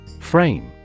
Frame